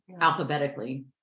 alphabetically